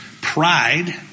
pride